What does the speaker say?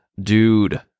dude